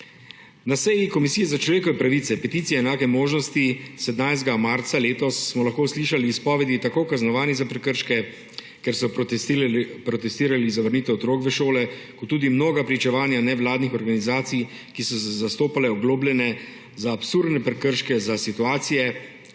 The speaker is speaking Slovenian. Na seji Komisije za peticije, človekove pravice in enake možnosti 17. marca letos smo lahko slišali tako izpovedi kaznovanih za prekrške, ker so protestirali za vrnitev otrok v šole, kot tudi mnoga pričevanja nevladnih organizacij, ki so zastopale oglobljene za absurdne prekrške za situacije,